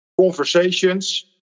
conversations